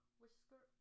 whisker